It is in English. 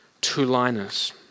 two-liners